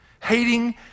Hating